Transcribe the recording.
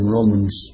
Romans